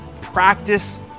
practice